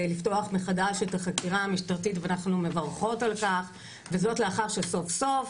לפתוח מחדש את החקירה המשטרתית ואנחנו מברכות על כך וזאת לאחר שסוף סוף,